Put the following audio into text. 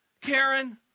Karen